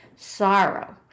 sorrow